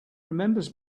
remembers